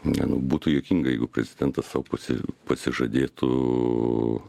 ne nu būtų juokinga jeigu prezidentas sau pasi pasižadėtų